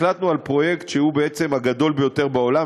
החלטנו על פרויקט שהוא בעצם הגדול ביותר בעולם,